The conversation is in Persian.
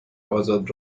آزاد